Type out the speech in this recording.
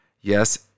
yes